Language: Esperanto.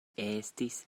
estis